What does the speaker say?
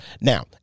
Now